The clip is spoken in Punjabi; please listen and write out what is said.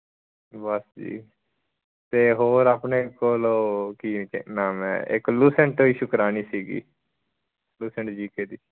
ਜੀ ਬਸ ਜੀ ਅਤੇ ਹੋਰ ਆਪਣੇ ਕੋਲ ਓਹ ਕੀ ਨਾਮ ਹੈ ਇੱਕ ਲੁਸੈਂਟ ਇਸ਼ੂ ਕਰਾਉਣੀ ਸੀਗੀ ਲੁਸੈਂਟ ਜੀਕੇ ਦੀ